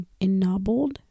Ennobled